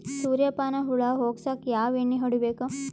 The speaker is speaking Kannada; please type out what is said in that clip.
ಸುರ್ಯಪಾನ ಹುಳ ಹೊಗಸಕ ಯಾವ ಎಣ್ಣೆ ಹೊಡಿಬೇಕು?